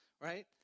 right